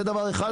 זה דבר אחד.